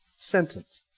Sentence